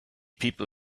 people